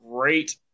great